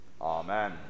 Amen